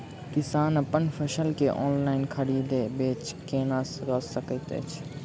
किसान अप्पन फसल केँ ऑनलाइन खरीदै बेच केना कऽ सकैत अछि?